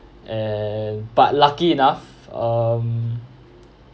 and but lucky enough um